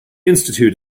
institute